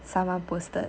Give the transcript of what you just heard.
someone posted